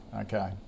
Okay